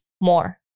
more